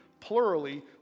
plurally